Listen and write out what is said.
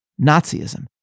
Nazism